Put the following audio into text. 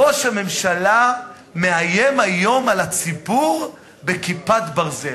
ראש הממשלה מאיים היום על הציבור ב"כיפת ברזל".